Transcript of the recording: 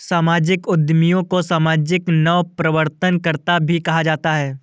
सामाजिक उद्यमियों को सामाजिक नवप्रवर्तनकर्त्ता भी कहा जाता है